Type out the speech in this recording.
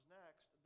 next